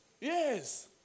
Yes